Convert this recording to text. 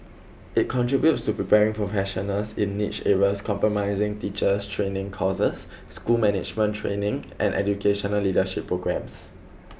it contributes to preparing professionals in niche areas comprising teachers training courses school management training and educational leadership programs